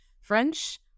French